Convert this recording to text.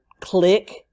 click